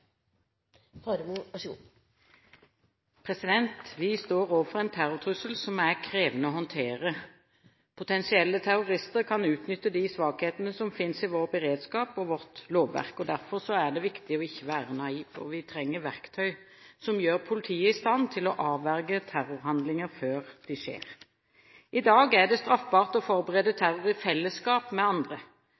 stortings justiskomité. Så må jeg ta opp forslaget om evaluering. Da har representanten Trine Skei Grande tatt opp det forslaget hun refererte til. Vi står overfor en terrortrussel som er krevende å håndtere. Potensielle terrorister kan utnytte de svakhetene som finnes i vår beredskap og vårt lovverk, og derfor er det viktig ikke å være naiv. Vi trenger verktøy som gjør politiet i stand til å avverge terrorhandlinger før de skjer. I dag er det